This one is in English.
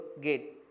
gate